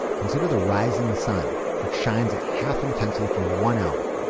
consider the rising sun, which shines at half intensity for one hour,